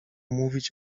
mówić